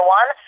one